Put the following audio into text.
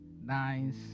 nice